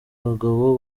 abagabo